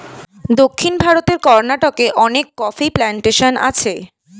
দক্ষিণ ভারতের কর্ণাটকে অনেক কফি প্ল্যান্টেশন আছে